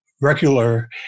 regular